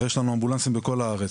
הרי, יש לנו אמבולנסים בכל הארץ.